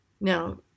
Now